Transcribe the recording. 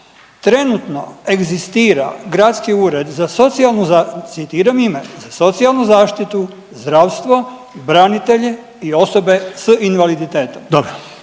za…, citiram ime, za socijalnu zaštitu, zdravstvo, branitelje i osobe s invaliditetom.